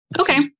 Okay